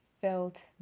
felt